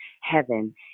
heaven